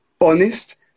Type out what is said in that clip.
Honest